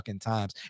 times